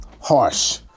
harsh